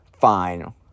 Fine